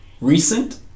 recent